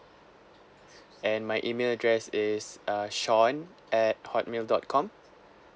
and my email address is uh sean at hotmail dot com